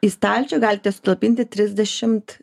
į stalčių galite sutalpinti trisdešimt